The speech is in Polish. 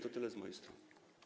To tyle z mojej strony.